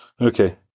Okay